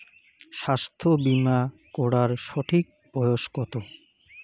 স্বাস্থ্য বীমা করার সঠিক বয়স কত?